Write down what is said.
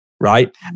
right